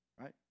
right